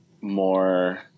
more